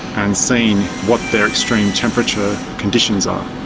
and seeing what their extreme temperature conditions are.